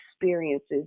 experiences